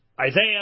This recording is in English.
Isaiah